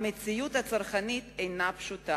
המציאות הצרכנית אינה פשוטה.